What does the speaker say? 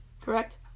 correct